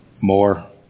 More